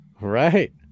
Right